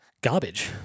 Garbage